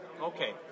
Okay